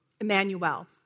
Emmanuel